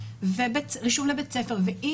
רישום לבית ספר וכולי,